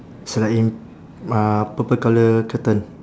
it's like in uh purple colour curtain